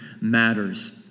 matters